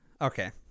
Okay